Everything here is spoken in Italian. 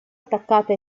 attaccata